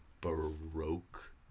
baroque